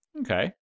Okay